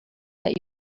that